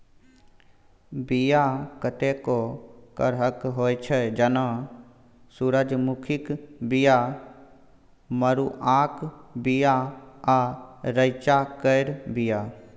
बीया कतेको करहक होइ छै जेना सुरजमुखीक बीया, मरुआक बीया आ रैंचा केर बीया